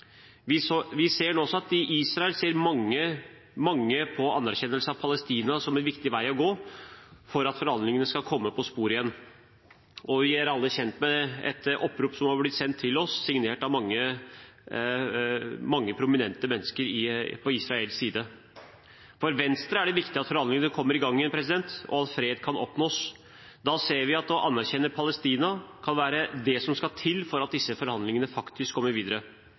Vi ser også at i Israel ser mange på anerkjennelse av Palestina som en viktig vei å gå for at forhandlingene skal komme på sporet igjen. Vi er alle kjent med et opprop som har blitt sendt til oss, signert av mange prominente mennesker på israelsk side. For Venstre er det viktig at forhandlingene kommer i gang igjen, og at fred kan oppnås. Da ser vi at å anerkjenne Palestina kan være det som skal til for at disse forhandlingene faktisk kommer videre.